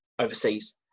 overseas